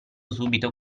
subito